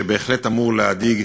שבהחלט אמור להדאיג